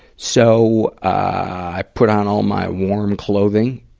so, i, put on all my warm clothing,